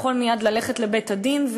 יכול מייד ללכת לבית-הדין,